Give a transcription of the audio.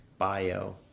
bio